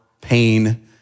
pain